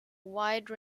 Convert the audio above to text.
wide